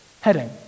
heading